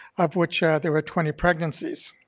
of which there were twenty pregnancies.